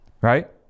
Right